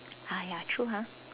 ah ya true ah